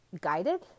guided